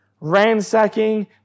ransacking